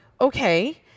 okay